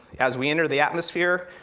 as we enter the atmosphere,